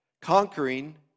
conquering